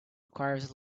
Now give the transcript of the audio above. requires